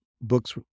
books